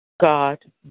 God